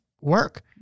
Work